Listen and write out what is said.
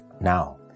Now